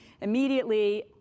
immediately